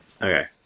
Okay